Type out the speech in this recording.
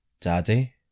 Daddy